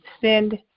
send